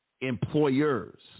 employers